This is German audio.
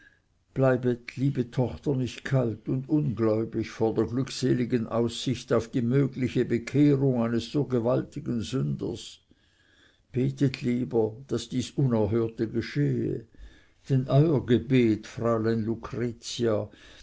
bleibet liebe tochter nicht kalt und ungläubig vor der glückseligen aussicht auf die mögliche bekehrung eines so gewaltigen sünders betet lieber daß dies unerhörte geschehe denn euer gebet fräulein lucretia